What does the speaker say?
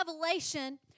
revelation